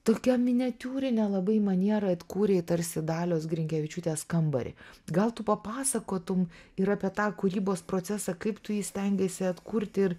tokia miniatiūrine labai maniera atkūrei tarsi dalios grinkevičiūtės kambarį gal tu papasakotum ir apie tą kūrybos procesą kaip tu jį stengeisi atkurti ir